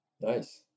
nice